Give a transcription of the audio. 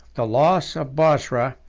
the loss of bosra,